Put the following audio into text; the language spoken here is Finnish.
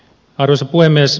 arvoisa puhemies